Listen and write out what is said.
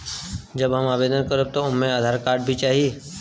जब हम आवेदन करब त ओमे आधार कार्ड भी चाही?